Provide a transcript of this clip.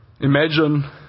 Imagine